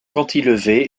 cantilever